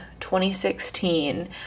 2016